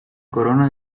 corona